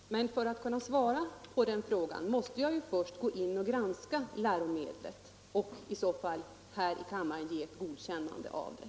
Herr talman! Men för att kunna svara på den frågan måste jag ju först gå in och granska läromedlet och sedan här i kammaren eventuellt ge ett godkännande av det.